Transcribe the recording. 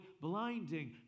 blinding